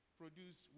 produce